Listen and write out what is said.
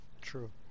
True